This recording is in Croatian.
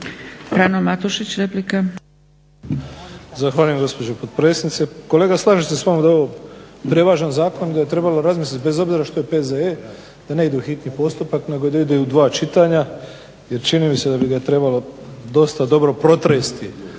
Frano Matušić, replika.